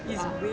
ah